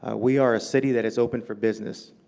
ah we are a city that is open for business.